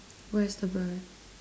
where's the bird